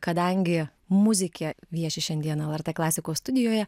kadangi muzikė vieši šiandien lrt klasikos studijoje